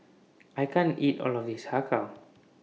I can't eat All of This Har Kow